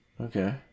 Okay